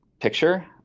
picture